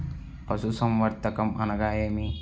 పశుసంవర్ధకం అనగా ఏమి?